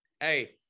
Hey